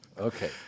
Okay